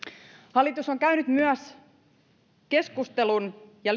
hallitus on on käynyt myös keskustelun ja